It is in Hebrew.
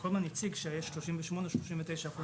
- כל הזמן הציג ש-38%, 39%